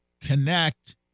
connect